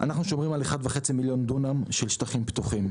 אחד וחצי מיליון דונם של שטחים פתוחים.